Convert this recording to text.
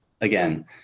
again